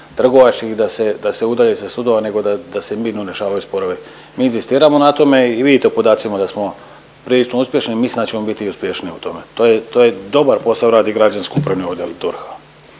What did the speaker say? trgovačkih, da se udalje sa sudova nego da se mirno rješavaju sporovi. Mi inzistiramo na tome i vidite u podacima da smo prilično uspješni, mislim da ćemo biti i uspješniji u tome. To je dobar posao radi građansko-upravni odjel DORH-a.